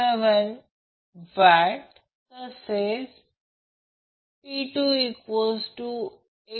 तर अशा प्रकारे तोच वॅटमीटर रिअॅक्टिव्ह पॉवर मोजण्यासाठी वापरले जाऊ शकते